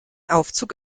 aufzug